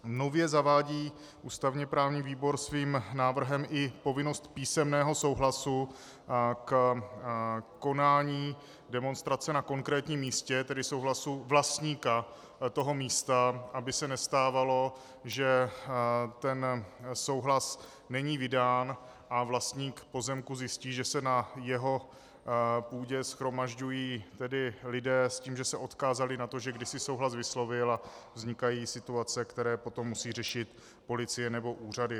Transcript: Nově zavádí ústavněprávní výbor svým návrhem i povinnost písemného souhlasu ke konání demonstrace na konkrétním místě, tedy souhlasu vlastníka toho místa, aby se nestávalo, že souhlas není vydán a vlastník pozemku zjistí, že se na jeho pozemku, na jeho půdě, shromažďují lidé s tím, že se odkázali na to, že kdysi souhlas vyslovil, a vznikají situace, které musí řešit policie nebo úřady.